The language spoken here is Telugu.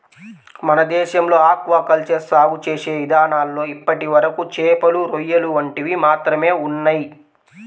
మన దేశంలో ఆక్వా కల్చర్ సాగు చేసే ఇదానాల్లో ఇప్పటివరకు చేపలు, రొయ్యలు వంటివి మాత్రమే ఉన్నయ్